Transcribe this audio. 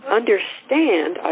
understand